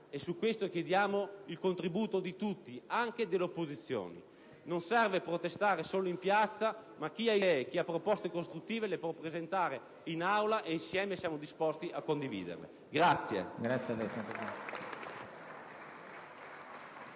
Su questo chiediamo il contributo di tutti, anche delle opposizioni. Non serve protestare solo in piazza. Chi ha idee e chi ha proposte costruttive le può presentare in Aula, e insieme siamo disposti a condividerle.